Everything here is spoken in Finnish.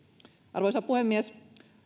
arvoisa puhemies